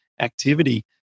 activity